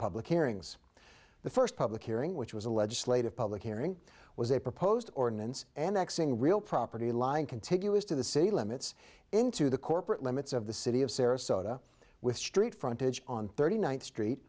public hearings the first public hearing which was a legislative public hearing was a proposed ordinance and the axing real property line contiguous to the city limits into the corporate limits of the city of sarasota with street frontage on thirty ninth street